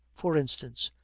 for instance,